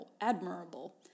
admirable